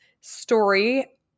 story